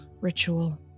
ritual